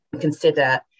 consider